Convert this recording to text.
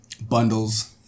Bundles